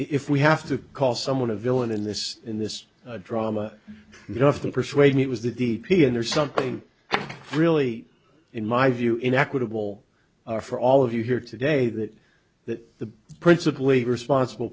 if we have to call someone a villain in this in this drama enough to persuade me it was the d p and there's something really in my view in equitable are for all of you here today that that the prince of leave responsible